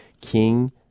King